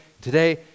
today